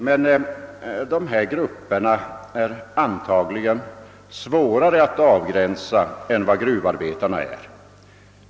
Men dessa grupper är an tagligen svårare att avgränsa än gruvarbetarna.